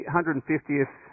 150th